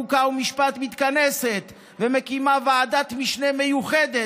חוק ומשפט מתכנסת ומקימה ועדת משנה מיוחדת